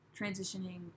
transitioning